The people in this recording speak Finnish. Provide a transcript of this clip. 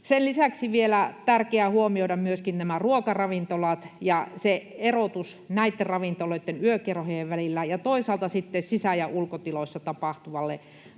Sen lisäksi on vielä tärkeää huomioida myöskin nämä ruokaravintolat ja se erotus näitten ravintoloitten ja yökerhojen välillä ja toisaalta sitten sisä- ja ulkotiloissa tapahtuvan